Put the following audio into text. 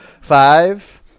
Five